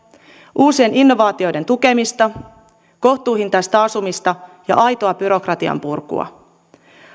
uusien innovaatioiden tukemista kohtuuhintaista asumista ja aitoa byrokratian purkua